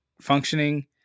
functioning